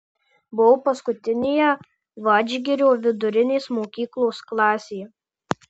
buvau paskutinėje vadžgirio vidurinės mokyklos klasėje